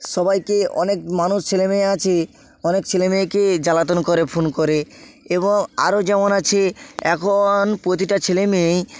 সবাইকে অনেক মানুষ ছেলে মেয়ে আছে অনেক ছেলে মেয়েকে জ্বালাতন করে ফোন করে এবং আরো যেমন আছে এখন প্রতিটা ছেলে মেয়েই